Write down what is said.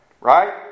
right